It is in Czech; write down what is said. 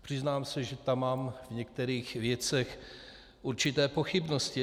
Přiznám se, že tam mám v některých věcech určité pochybnosti.